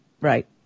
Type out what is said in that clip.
Right